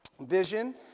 vision